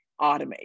automate